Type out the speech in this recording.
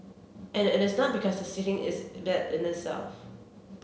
and it is not because sitting is that in itself